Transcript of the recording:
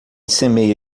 semeia